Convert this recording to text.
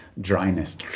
dryness